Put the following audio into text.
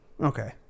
Okay